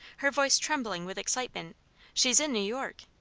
her voice trembling with excitement she's in new york.